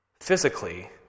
physically